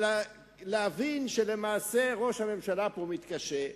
ולהבין שלמעשה ראש הממשלה פה מתקשה.